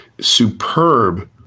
superb